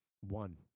One